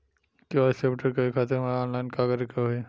KYC update करे खातिर हमरा ऑनलाइन का करे के होई?